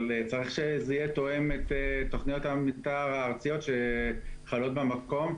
אבל צריך שזה יהיה תואם את תוכניות המתאר הארציות שחלות במקום,